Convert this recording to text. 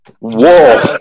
Whoa